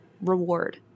reward